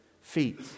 feet